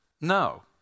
No